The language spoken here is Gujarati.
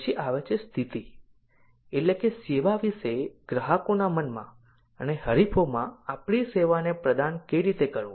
પછી આવે છે સ્થિતિ એટલે કે સેવા વિષે ગ્રાહકો ના મનમાં અને હરીફોમાં આપડી સેવા ને પ્રદાન કઈ રીતે કરવું